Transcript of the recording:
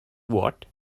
what